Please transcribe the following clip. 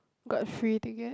got free ticket